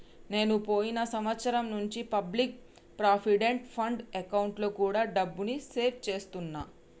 నేను పోయిన సంవత్సరం నుంచి పబ్లిక్ ప్రావిడెంట్ ఫండ్ అకౌంట్లో కూడా డబ్బుని సేవ్ చేస్తున్నా